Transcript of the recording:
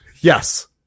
Yes